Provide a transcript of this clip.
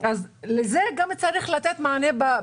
לזה צריך לתת מענה.